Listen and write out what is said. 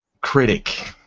critic